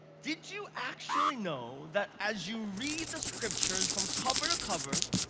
did you actually know that as you read the scriptures from cover to cover,